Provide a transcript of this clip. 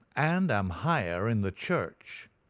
and am higher in the church.